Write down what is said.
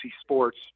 sports